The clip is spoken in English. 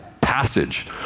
passage